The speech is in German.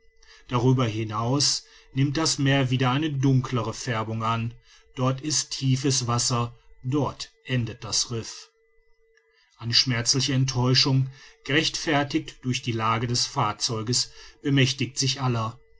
darüber hinaus nimmt das meer wieder eine dunklere färbung an dort ist tiefes wasser dort endet das riff eine schmerzliche enttäuschung gerechtfertigt durch die lage des fahrzeuges bemächtigt sich aller